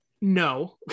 No